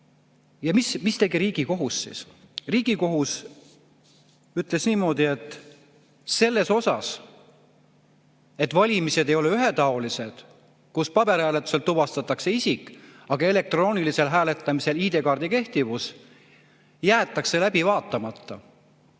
Ja mida tegi Riigikohus siis? Riigikohus ütles niimoodi, et kaebus selles osas, et valimised ei ole ühetaolised, sest paberhääletusel tuvastatakse isik, aga elektroonilisel hääletamisel ID-kaardi kehtivus, jäetakse läbi vaatamata.